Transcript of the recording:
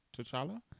T'Challa